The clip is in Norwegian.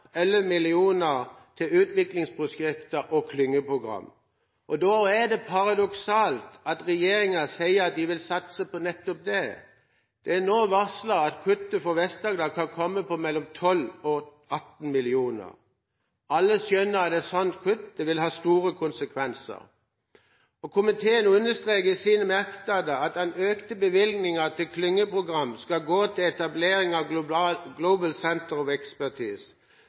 til utviklingsprosjekter og klyngeprogrammer. Da er det paradoksalt at regjeringa sier at den vil satse på nettopp det. Det er nå varslet at kuttet for Vest-Agder kan komme på 12–18 mill. kr. Alle skjønner at et sånt kutt vil få store konsekvenser. Komiteen understreker i sine merknader at de økte bevilgningene til klyngeprogram skal gå til «etablering av Global